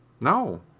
No